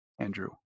Andrew